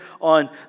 on